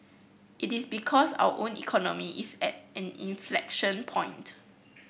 it is because our own economy is at an inflection point